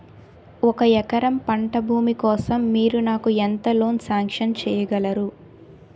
ఒక ఎకరం పంట భూమి కోసం మీరు నాకు ఎంత లోన్ సాంక్షన్ చేయగలరు?